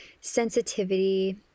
sensitivity